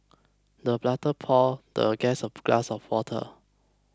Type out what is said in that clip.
the butler poured the guest a glass of water